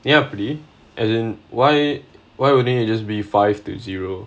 ya buddy as in why why wouldn't you just be five to zero